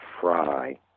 Fry